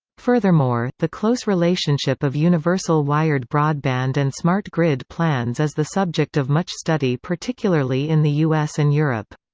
furthermore, the close relationship of universal wired broadband and smart grid plans is the subject of much study particularly in the us and europe.